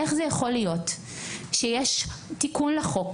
איך זה יכול להיות שיש תיקון לחוק